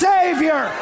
Savior